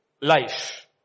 life